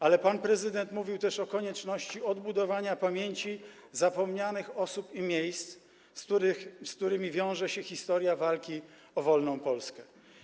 Ale pan prezydent mówił też o konieczności odbudowania pamięci zapomnianych osób i miejsc, z którymi wiąże się historia walki o wolną Polskę.